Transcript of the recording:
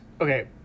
Okay